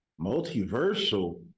Multiversal